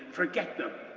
forget them,